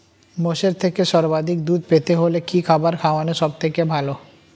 মোষের থেকে সর্বাধিক দুধ পেতে হলে কি খাবার খাওয়ানো সবথেকে ভালো?